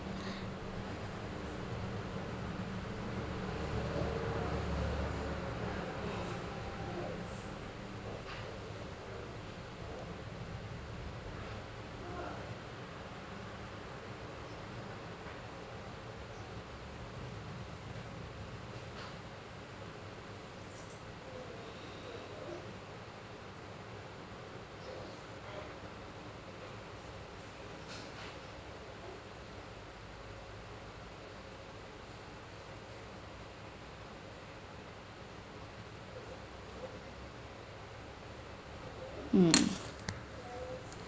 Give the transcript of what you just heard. um